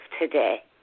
today